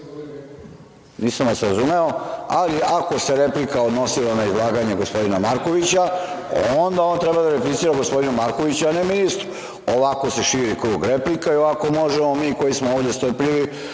Ako ste mu dali repliku na izlaganje gospodina Markovića, onda on treba da replicira gospodinu Markoviću, a ne ministru. Ovako se širi krug replika i ovako možemo mi koji smo ovde strpljivi